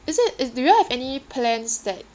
is it is do you all have any plans that